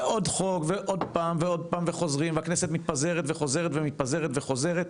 עוד חוק ועוד פעם חוזרים והכנסת מתפזרת וחוזרת מתפזרת וחוזרת,